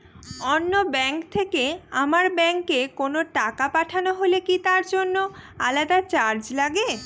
অন্য ব্যাংক থেকে আমার ব্যাংকে কোনো টাকা পাঠানো হলে কি তার জন্য আলাদা চার্জ লাগে?